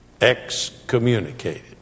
Excommunicated